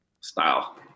Style